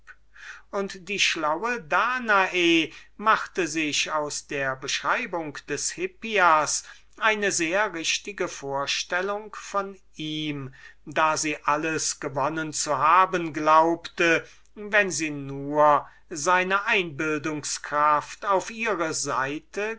könne die schlaue danae hatte sich aus der beschreibung des hippias eine solche vorstellung von dem agathon gemacht daß sie alles gewonnen zu haben glaubte wenn sie nur seine einbildungskraft auf ihre seite